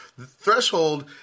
Threshold